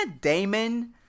Damon